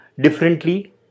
differently